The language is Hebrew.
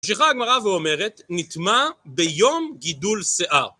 ממשיכה הגמרא ואומרת, נטמא ביום גידול שיער.